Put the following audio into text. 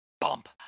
Bump